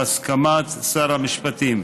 בהסכמת שר המשפטים.